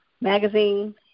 magazine